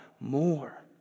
more